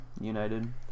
United